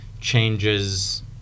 changes